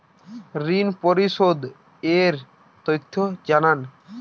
ঋন পরিশোধ এর তথ্য জানান